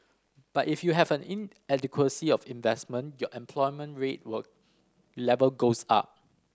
but if you have an inadequacy of investment your unemployment were level goes up